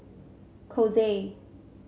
Kose